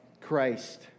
Christ